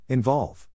Involve